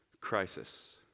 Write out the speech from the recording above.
crisis